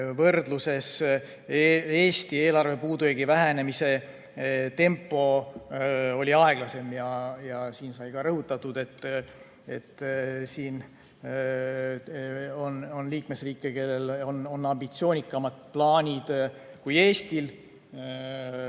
võrdluses Eesti eelarve puudujäägi vähenemise tempo oli aeglasem. Siin sai ka rõhutatud, et on liikmesriike, kellel on ambitsioonikamad plaanid kui Eestil